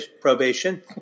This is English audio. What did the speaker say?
probation